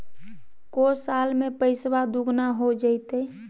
को साल में पैसबा दुगना हो जयते?